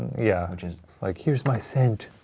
yeah, just like, here's my scent.